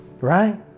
right